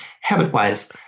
Habit-wise